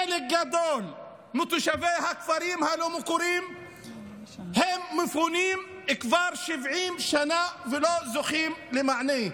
חלק גדול מתושבי הכפרים הלא-מוכרים מפונים כבר 70 שנה ולא זוכה למענה.